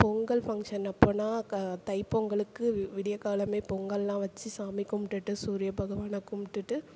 Pongal function அப்போதுன்னா தை பொங்கலுக்கு விடியகாலமே பொங்கல்லாம் வச்சு சாமி கும்பிட்டுட்டு சூரிய பகவானை கும்பிட்டுட்டு